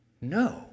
No